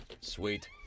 Sweet